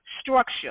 structure